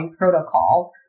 protocol